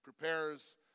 Prepares